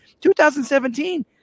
2017